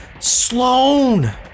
Sloane